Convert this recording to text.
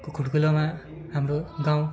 को खुड्किलोमा हाम्रो गाउँ